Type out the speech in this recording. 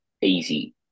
Easy